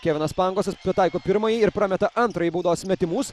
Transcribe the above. kevinas pangosas pataiko pirmąjį ir prameta antrąjį baudos metimus